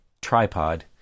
tripod